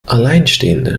alleinstehende